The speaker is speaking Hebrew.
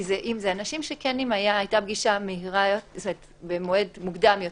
כי אלה אנשים שאם היתה פגישה במועד מוקדם יותר,